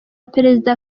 perezida